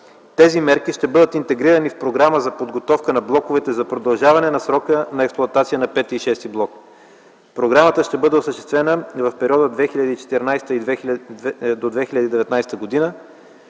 Тези мерки ще бъдат интегрирани в програма за подготовка на блоковете за продължаване на срока на експлоатация на V и VІ блок. Програмата ще бъде осъществена и в периода 2014 до 2019 г., а